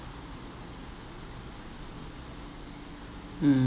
mm